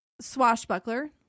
Swashbuckler